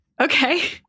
okay